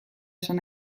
esan